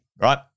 right